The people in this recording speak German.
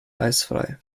eisfrei